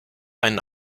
einen